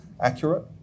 accurate